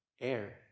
air